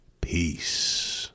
peace